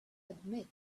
admit